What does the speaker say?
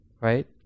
right